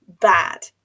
bad